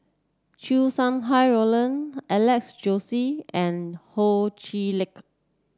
Chow Sau Hai Roland Alex Josey and Ho Chee Lick